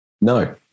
No